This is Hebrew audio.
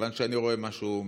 כיוון שאני רואה משהו מסוים.